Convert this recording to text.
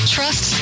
Trust